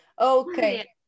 Okay